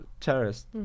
terrorists